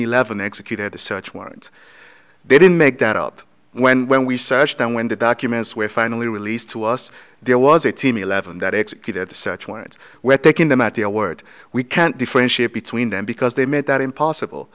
eleven executed the search warrant they didn't make that up when when we searched and when the documents were finally released to us there was a team eleven that executed search warrants where taking them at their word we can't differentiate between them because they made that impossible